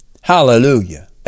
Hallelujah